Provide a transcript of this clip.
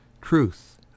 Truth